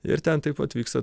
ir ten taip vat vyksta